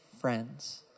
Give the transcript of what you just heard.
friends